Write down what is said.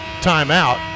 timeout